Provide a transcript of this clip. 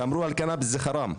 שאמרו על קנביס שהוא חראם.